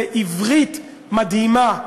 זה עברית מדהימה,